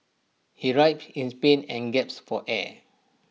he writhed in pain and gasped for air